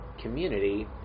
community